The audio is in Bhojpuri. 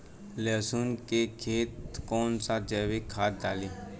लहसुन के खेत कौन सा जैविक खाद डाली?